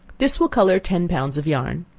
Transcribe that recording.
this will color ten pounds of yarn.